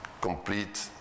Complete